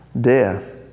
death